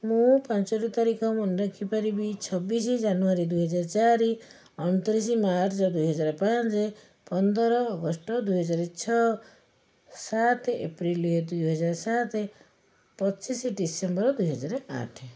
ମୁଁ ପାଞ୍ଚଟି ତାରିଖ ମନେ ରଖିପାରିବି ଛବିଶ ଜାନୁୟାରୀ ଦୁଇହାଜର ଚାରି ଅଣତିରିଶ ମାର୍ଚ୍ଚ ଦୁଇହାଜର ପାଞ୍ଚ ପନ୍ଦର ଅଗଷ୍ଟ ଦୁଇହାଜର ଛଅ ସାତ ଏପ୍ରିଲ ଦୁଇହାଜର ସାତ ପଚିଶ ଡିସେମ୍ବର ଦୁଇହାଜର ଆଠ